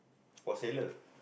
for sailor